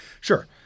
Sure